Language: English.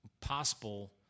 possible